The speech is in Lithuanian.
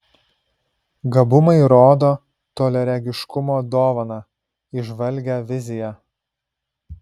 gabumai rodo toliaregiškumo dovaną įžvalgią viziją